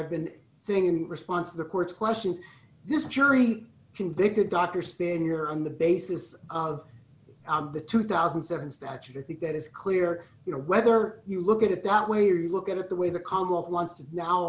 i've been saying in response to the court's question this jury convicted dr spanier on the basis of the two thousand and seven statute i think that is clear you know whether you look at it that way or you look at it the way the commonwealth wants to now